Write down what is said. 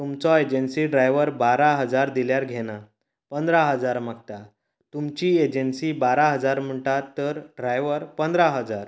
तुमचो agency driver बारा हजार दिल्यार घेना पंदरा हजार मागता तुमची एजन्सी बारा हजार म्हणटा तर ड्रायवर पंदरा हजार